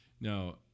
Now